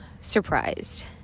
surprised